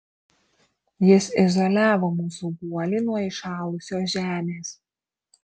jis izoliavo mūsų guolį nuo įšalusios žemės